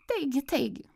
taigi taigi